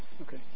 Okay